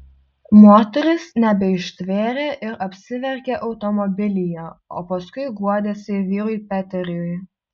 moteris nebeištvėrė ir apsiverkė automobilyje o paskui guodėsi vyrui peteriui